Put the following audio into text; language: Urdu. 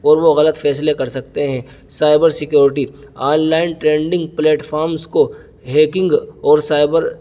اور وہ غلط فیصلے کر سکتے ہیں cyber security online trending platforms کو ہیکنگ اور سائبر